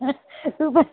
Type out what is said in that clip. तू पण